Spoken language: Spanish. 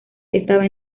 estaba